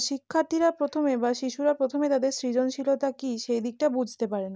শিক্ষার্থীরা প্রথমে বা শিশুরা প্রথমে তাদের সৃজনশীলতা কী সেই দিকটা বুঝতে পারে না